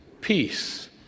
peace